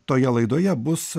toje laidoje bus